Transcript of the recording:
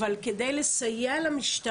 אבל זה חשוב כדי לסייע למשטרה.